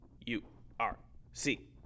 U-R-C